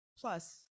Plus